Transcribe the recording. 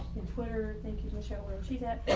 and twitter. thank you michelle, where she's at,